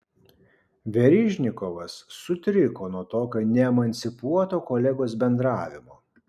verižnikovas sutriko nuo tokio neemancipuoto kolegos bendravimo